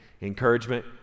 Encouragement